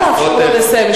אנא אפשר לו לסיים.